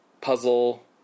puzzle